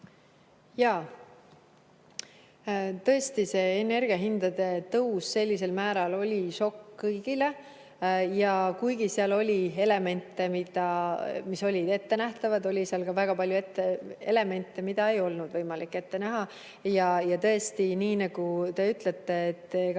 Tõesti, energiahindade tõus sellisel määral oli šokk kõigile, ja kuigi seal oli elemente, mis olid ettenähtavad, oli seal ka väga palju elemente, mida ei olnud võimalik ette näha. Nii nagu te ütlete, ega